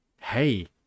hey